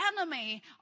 enemy